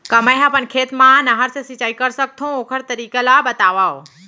का मै ह अपन खेत मा नहर से सिंचाई कर सकथो, ओखर तरीका ला बतावव?